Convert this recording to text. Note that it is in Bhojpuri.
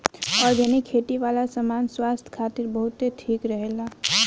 ऑर्गनिक खेती वाला सामान स्वास्थ्य खातिर बहुते ठीक रहेला